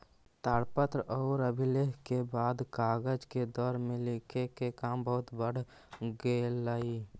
ताड़पत्र औउर अभिलेख के बाद कागज के दौर में लिखे के काम बहुत बढ़ गेलई